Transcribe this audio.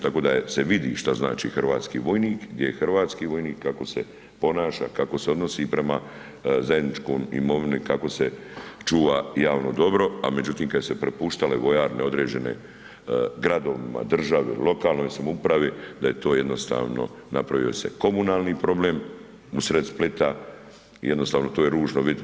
Tako da je se vidi šta znači hrvatski vojnik, gdje je hrvatski vojnik kako se ponaša, kako se odnosi prema zajedničkoj imovini i kako se čuva javno dobro, a međutim kad su se propuštale vojarne određene gradovima, državi, lokalnoj samoupravi da je to jednostavno napravio se komunalni problem usred Splita i jednostavno to je ružno vidit.